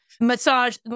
massage